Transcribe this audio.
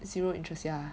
zero interest ya